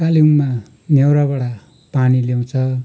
कालेबुङमा नेउराबाट पानी ल्याउँछ